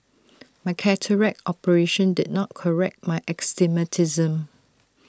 my cataract operation did not correct my astigmatism